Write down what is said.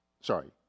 sorry